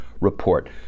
report